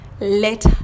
Let